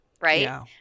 Right